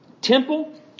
temple